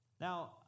Now